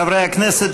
חברי הכנסת,